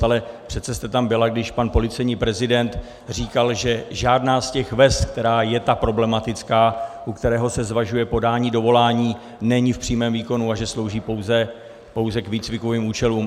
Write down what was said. Ale přece jste tam byla, když pan policejní prezident říkal, že žádná z těch vest, která je ta problematická, u které se zvažuje podání dovolání, není v přímém výkonu a že slouží pouze k výcvikovým účelům.